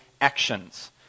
actions